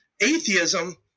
atheism